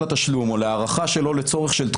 הדגש הוועדה הזאת צריכה לעסוק בנושא הזה בקשת ארוכה של דיונים